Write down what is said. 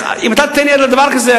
אם אתה תיתן יד לדבר כזה,